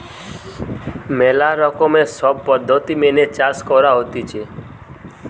ম্যালা রকমের সব পদ্ধতি মেনে চাষ করা হতিছে